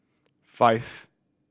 five